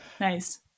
Nice